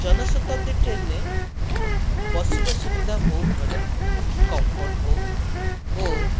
Janshatabdi train ରେ ବସିବା ସୁବିଧା ବହୁତ ବଢ଼ିଆ କମ୍ଫୋର୍ଟ ହଉ ଓ